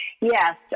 Yes